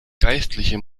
geistliche